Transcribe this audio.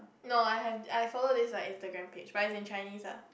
no I have I follow this like instagram page but is in Chinese lah